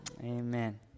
Amen